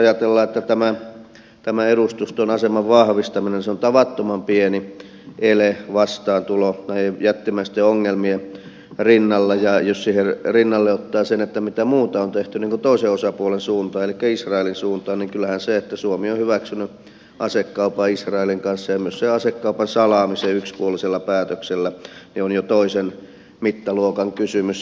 jos ajatellaan että tämä edustuston aseman vahvistaminen on tavattoman pieni ele vastaantulo näiden jättimäisten ongelmien rinnalle ja jos siihen rinnalle ottaa sen mitä muuta on tehty toisen osapuolen suuntaan elikkä israelin suuntaan niin kyllähän se että suomi on hyväksynyt asekaupan israelin kanssa ja myös sen asekaupan salaamisen yksipuolisella päätöksellä on jo toisen mittaluokan kysymys